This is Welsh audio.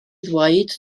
ddweud